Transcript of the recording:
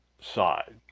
side